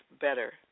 better